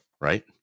right